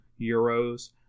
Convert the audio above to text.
euros